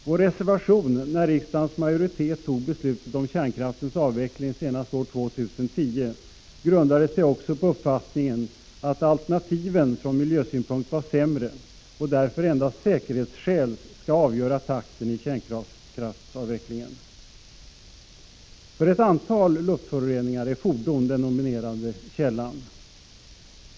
Vår reservation när riksdagens majoritet tog beslutet om kärnkraftens avveckling senast år 2010 grundade sig också på uppfattningen att alternati ven från miljösynpunkt var sämre och att därför endast säkerhetsskäl skall Prot. 1985/86:55 avgöra takten i kärnkraftsavvecklingen. 18 december 1985 För ett antal luftföroreningar är fordon den dominerande källan.